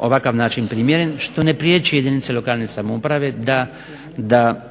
ovakav način primjeren što ne priječi jedinice lokalne samouprave da